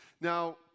Now